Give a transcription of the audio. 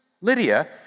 Lydia